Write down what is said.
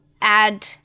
add